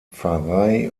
pfarrei